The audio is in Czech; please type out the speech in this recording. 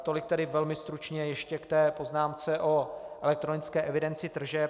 Tolik tedy velmi stručně ještě k poznámce o elektronické evidenci tržeb.